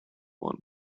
one